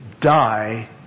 die